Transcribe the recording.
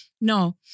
No